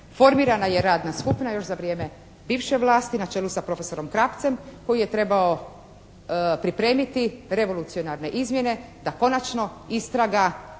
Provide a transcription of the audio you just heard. formirana je radna skupina još za vrijeme bivše vlasti na čelu sa profesorom Krapcem koji je trebao pripremiti revolucionarne izmjene da konačno istraga